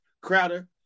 Crowder